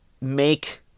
make